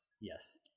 yes